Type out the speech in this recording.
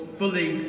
fully